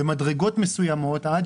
במדרגות מסוימות עד